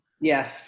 yes